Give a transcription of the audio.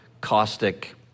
caustic